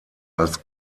als